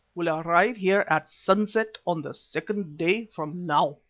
will arrive here at sunset on the second day from now.